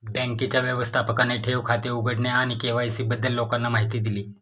बँकेच्या व्यवस्थापकाने ठेव खाते उघडणे आणि के.वाय.सी बद्दल लोकांना माहिती दिली